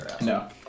No